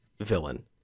villain